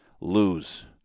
lose